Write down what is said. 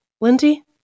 Lindy